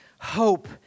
Hope